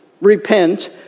repent